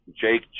Jake